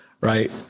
right